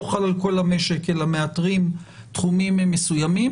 חל על כל המשק אלא מאתרים תחומים מסומים.